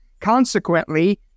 Consequently